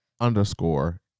underscore